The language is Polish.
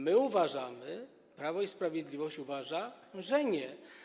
My uważamy, Prawo i Sprawiedliwość uważa, że nie.